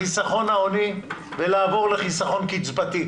החיסכון ההוני ולעבור לחיסכון קצבתי